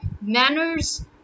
manners